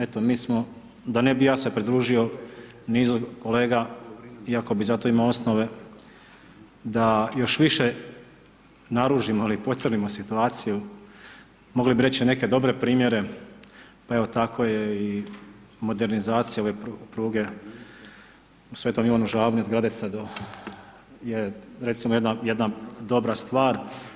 Eto, mi smo, da ne bi ja se pridružio nizu kolega iako bi za to imao osnove da još više naružimo ili pocrnimo situaciju, mogli bi reći neke dobre primjere, pa evo tako je i modernizacija ove pruge u Sv. Ivanu Žabnu, od Gradeca do je, recimo, jedna dobra stvar.